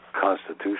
Constitution